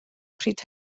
pryd